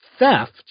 Theft